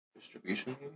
distribution